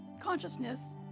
consciousness